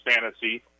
fantasy